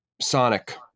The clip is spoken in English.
Sonic